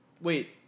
Wait